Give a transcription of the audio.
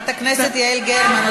חברת הכנסת יעל גרמן,